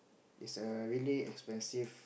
it's a really expensive